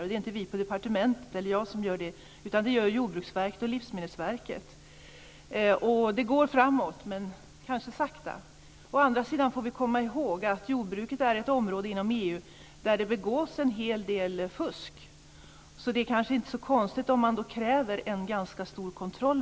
Men det är inte vi på departementet som gör det, utan det görs av Jordbruksverket och Livsmedelsverket. Det går framåt, men kanske lite sakta. Å andra sidan får vi komma ihåg att jordbruket är ett område inom EU där det förekommer en hel del fusk. Det är då kanske inte så konstigt att man kräver en ganska stor kontroll.